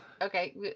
okay